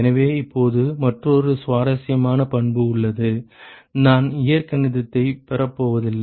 எனவே இப்போது மற்றொரு சுவாரஸ்யமான பண்பு உள்ளது நான் இயற்கணிதத்தைப் பெறப் போவதில்லை